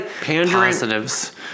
positives